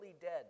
dead